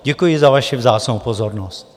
Děkuji za vaši vzácnou pozornost.